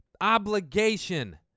obligation